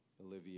Olivia